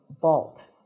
vault